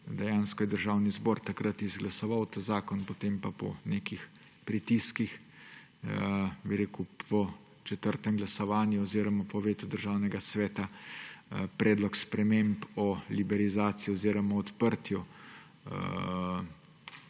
Dejansko je Državni zbor takrat izglasoval ta zakon, potem pa po nekih pritiskih, po četrtem glasovanju oziroma po vetu Državnega sveta predlog sprememb za liberalizacijo oziroma odprtje